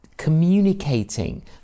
communicating